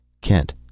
Kent